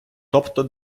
тобто